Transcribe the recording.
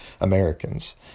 Americans